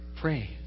pray